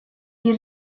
you